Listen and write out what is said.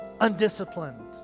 undisciplined